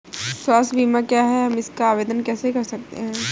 स्वास्थ्य बीमा क्या है हम इसका आवेदन कैसे कर सकते हैं?